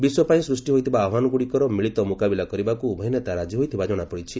ବିଶ୍ୱ ପାଇଁ ସୃଷ୍ଟି ହୋଇଥିବା ଆହ୍ୱାନଗୁଡ଼ିକର ମିଳିତ ମୁକାବିଲା କରିବାକୁ ଉଭୟ ନେତା ରାଜି ହୋଇଥିବା ଜଣାପଡ଼ିଛି